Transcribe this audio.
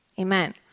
Amen